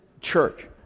church